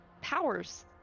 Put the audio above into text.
powers